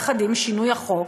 יחד עם שינוי החוק